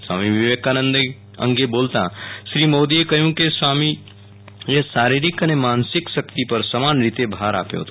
સ્વામી વિવેકાનંદ અંગે બોલતા શ્રી મોદીએ કહ્યું કે સ્વામીએ શારીરિક અને માનસિક શક્તિ પર સમાનરીતે ભાર આપ્યો હતો